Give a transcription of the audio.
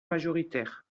majoritaires